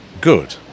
good